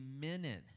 minute